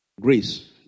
Grace